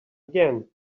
again